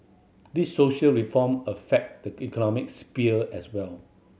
these social reform affect the economic sphere as well